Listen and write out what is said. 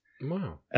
Wow